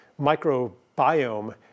microbiome